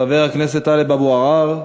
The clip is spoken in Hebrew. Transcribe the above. חבר הכנסת טלב אבו עראר,